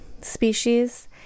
species